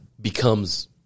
becomes